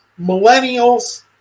Millennials